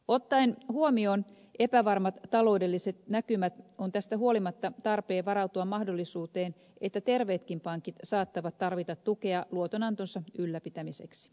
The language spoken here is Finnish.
ottaen huomioon epävarmat taloudelliset näkymät on tästä huolimatta tarpeen varautua mahdollisuuteen että terveetkin pankit saattavat tarvita tukea luotonantonsa ylläpitämiseksi